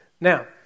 Now